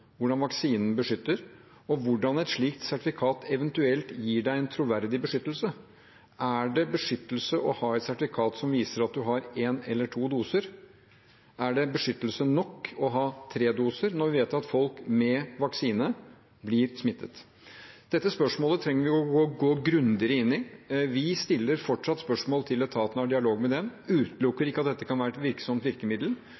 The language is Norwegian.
hvordan vaksinen beskytter, og hvordan et slikt sertifikat eventuelt gir deg en troverdig beskyttelse. Er det beskyttelse å ha et sertifikat som viser at man har én eller to doser? Er det beskyttelse nok å ha tre doser når vi vet at folk med vaksine blir smittet? Disse spørsmålene trenger vi å gå grundigere inn i. Vi stiller fortsatt spørsmål til etaten og har dialog med den.